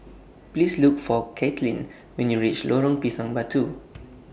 Please Look For Kaitlynn when YOU REACH Lorong Pisang Batu